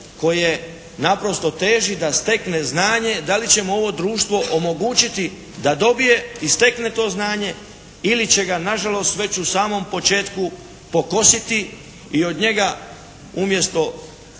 koje naprosto teži da stekne znanje, da li će mu ovo društvo omogućiti da dobije i stekne to znanje ili će ga nažalost već u samom početku pokositi i od njega umjesto